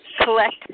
collect